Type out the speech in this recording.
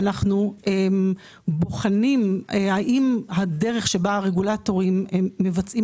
אנו בוחנים האם הדרך שבה הרגולטורים מבצעים